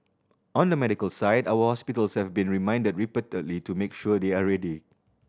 on the medical side our hospitals have been reminded repeatedly to make sure they are ready